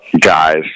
guys